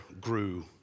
grew